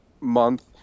month